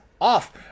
off